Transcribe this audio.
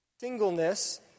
singleness